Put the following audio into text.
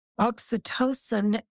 Oxytocin